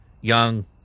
young